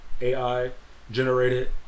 AI-generated